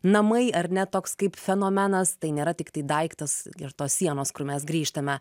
namai ar ne toks kaip fenomenas tai nėra tiktai daiktas ir tos sienos kur mes grįžtame